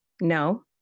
No